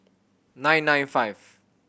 nine nine five